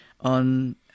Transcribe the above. on